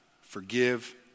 forgive